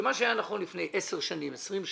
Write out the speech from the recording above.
שמה שהיה נכון לפני 10 שנים, לפני 20 שנים,